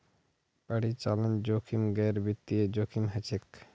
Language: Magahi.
परिचालन जोखिम गैर वित्तीय जोखिम हछेक